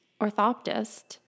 orthoptist